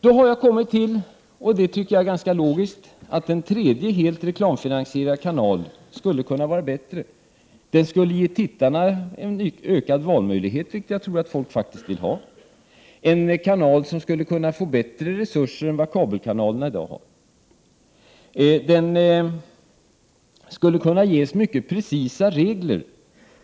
Då har jag kommit till, och det tycker jag är ganska logiskt, att en tredje, helt reklamfinansierad kanal skulle kunna vara bättre. Den skulle ge tittarna en ökad valmöjlighet, vilket jag tror att folk faktiskt vill ha, en kanal som skulle kunna få bättre resurser än vad kabelkanalerna i dag har. Den skulle kunna ges mycket precisa regler.